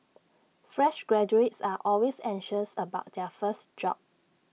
fresh graduates are always anxious about their first job